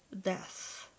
death